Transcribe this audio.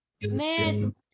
Man